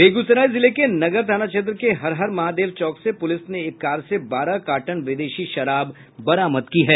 बेगूसराय जिले के नगर थाना क्षेत्र के हर हर महादेव चौक से पुलिस ने एक कार से बारह कार्टन विदेशी शराब बरामद की है